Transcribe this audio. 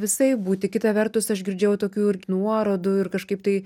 visaip būti kita vertus aš girdėjau tokių ir nuorodų ir kažkaip tai